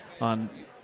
on